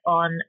on